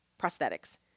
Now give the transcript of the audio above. prosthetics